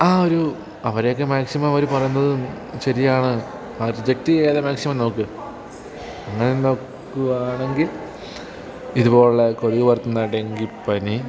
ആ ഒരു അവരെയൊക്കെ മാക്സിമം അവർ പറയുന്നതും ശരിയാണ് ആ റിജക്റ്റ് ചെയ്യാതെ മാക്സിമം നോക്കുക അങ്ങനെ നോക്കുകയാണെങ്കിൽ ഇതു പോലെയുള്ള കൊതുക് പരത്തുന്ന ഡെങ്കിപ്പനി